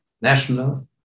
national